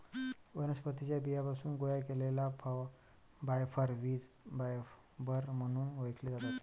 वनस्पतीं च्या बियांपासून गोळा केलेले फायबर बीज फायबर म्हणून ओळखले जातात